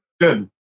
Good